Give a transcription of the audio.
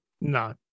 no